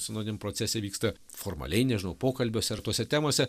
sinodiniam procese vyksta formaliai nežinau pokalbiuose ar tose temose